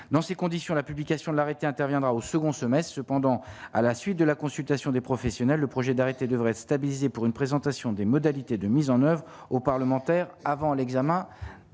dans ces conditions, la publication de l'arrêté interviendra au second semest cependant, à la suite de la consultation des professionnels, le projet d'arrêté devrait stabiliser pour une présentation des modalités de mise en oeuvre aux parlementaires avant l'examen